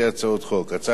הצעת חוק ממשלתית